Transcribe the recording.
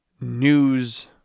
news